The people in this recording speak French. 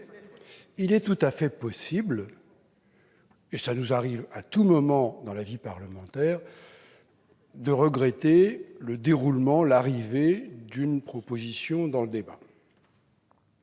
Il est tout à fait possible- cela nous arrive à tout moment dans la vie parlementaire -de regretter les conditions d'arrivée d'une proposition dans un débat.